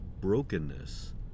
brokenness